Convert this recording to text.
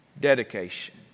dedication